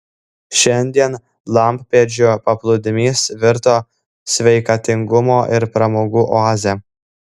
šiandien lampėdžių paplūdimys virto sveikatingumo ir pramogų oaze